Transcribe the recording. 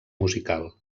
musical